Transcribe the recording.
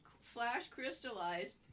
flash-crystallized